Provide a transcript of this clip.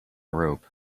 rope